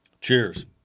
Cheers